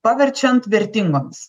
paverčiant vertingomis